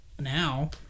now